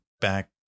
back